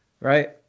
right